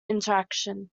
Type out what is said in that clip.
interaction